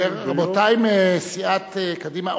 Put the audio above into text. רבותי מסיעת קדימה,